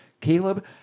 Caleb